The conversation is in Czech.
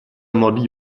mladý